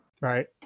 Right